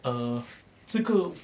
err 这个